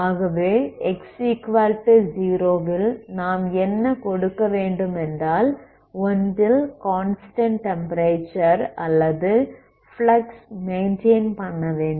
ஆகவே x 0 வில் நாம் என்ன கொடுக்க வேண்டுமென்றால்ஒன்றில் கான்ஸ்டன்ட் டெம்ப்பரேச்சர் அல்லது ஃப்ளக்ஸ் மெயின்டைன் பண்ண வேண்டும்